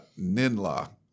Ninla